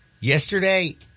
Yesterday